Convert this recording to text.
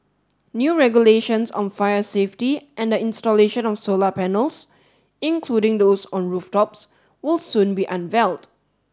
new regulations on fire safety and the installation of solar panels including those on rooftops will soon be unveiled